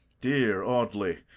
dear audley,